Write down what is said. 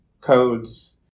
codes